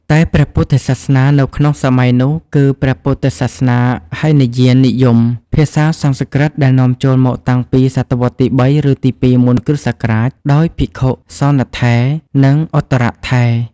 តែព្រះពុទ្ធសាសនានៅក្នុងសម័យនោះ គឺព្រះពុទ្ធសាសនាហីនយាននិយម ភាសាសំស្ក្រឹតដែលនាំចូលមកតាំងពីសតវត្សទី៣ ឬ ទី២ មុនគ.ស. ដោយភិក្ខុ សោណត្ថេរ និងឧត្តរត្ថេរ ។